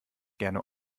gerne